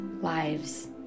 lives